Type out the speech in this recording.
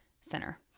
Center